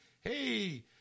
Hey